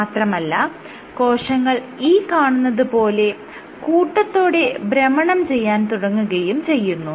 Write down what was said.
മാത്രമല്ല കോശങ്ങൾ ഈ കാണുന്നത് പോലെ കൂട്ടത്തോടെ ഭ്രമണം ചെയ്യാൻ തുടങ്ങുകയും ചെയ്യുന്നു